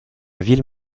ville